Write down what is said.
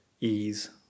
ease